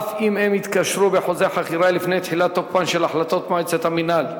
אף אם הם התקשרו בחוזה חכירה לפני תחילת תוקפן של החלטות מועצת המינהל.